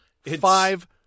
five